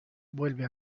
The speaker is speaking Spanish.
vuelve